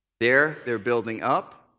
there, they're building up.